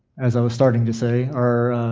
as i was starting to say, are